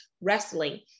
Wrestling